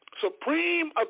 supreme